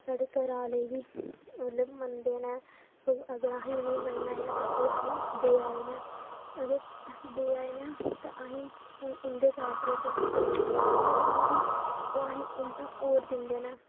साढ़े घरै आह्ले बी मतलब मनदे न अगर अहे्ं उ'नें ई मनना ऐ ते ओह् अहे्ं ई देआ दे न अगर देआ दे न ते अहे्ं उं'दे चाढ़दे च कोई कमी निं होंदी ओह् अहे्ं ई उल्टा होर दिंदे न